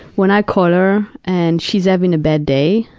when i call her and she's having a bad day,